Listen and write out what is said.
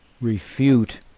refute